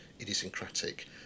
idiosyncratic